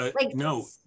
No